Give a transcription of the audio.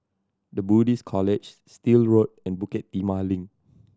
The Buddhist College Still Road and Bukit Timah Link